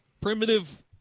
primitive –